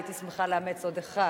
הייתי שמחה לאמץ עוד אחד,